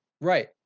Right